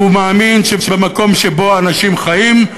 והוא מאמין שבמקום שבו אנשים חיים,